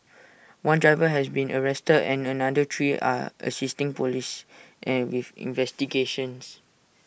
one driver has been arrested and another three are assisting Police an with investigations